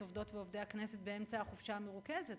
את עובדות ועובדי הכנסת באמצע החופשה המרוכזת,